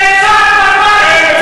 תודה רבה,